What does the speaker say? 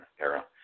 era